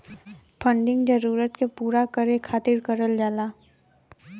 funding जरूरत के पूरा करे खातिर करल जाला